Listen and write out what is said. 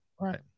right